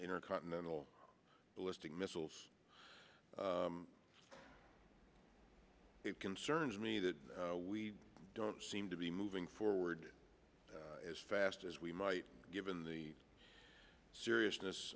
intercontinental ballistic missiles it concerns me that we don't seem to be moving forward as fast as we might given the seriousness